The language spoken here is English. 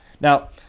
now